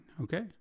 okay